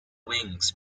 wings